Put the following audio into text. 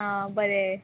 आं बरें